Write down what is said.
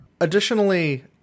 Additionally